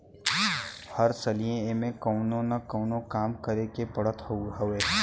हर सलिए एमे कवनो न कवनो काम करे के पड़त हवे